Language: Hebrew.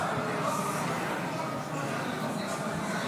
אדוני היושב בראש,